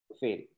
fail